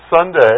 Sunday